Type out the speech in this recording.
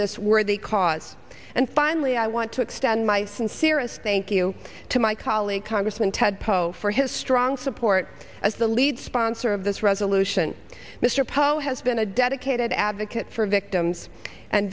this worthy cause and finally i want to extend my sincerest thank you to my colleague congressman ted poe for his strong support as the lead sponsor of this resolution mr poe has been a dedicated advocate for victims and